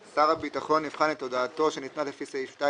"שר הביטחון יבחן את הודעתו שניתנה לפי סעיף 2